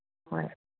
ꯍꯣꯏ